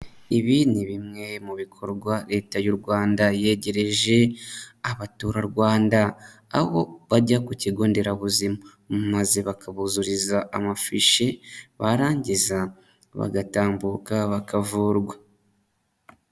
Ibi ni bimwe mu bikorwa Leta y'u Rwanda yegereje abaturarwanda. Aho bajya ku kigo nderabuzima, maze bakabuzuriza amafishi, barangiza bagatambuka bakavurwa.